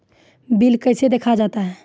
Bill कैसे देखा जाता हैं?